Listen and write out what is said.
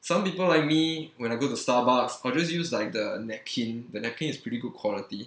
some people like me when I go to starbucks I'll just use like the napkin the napkin is pretty good quality